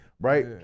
right